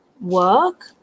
work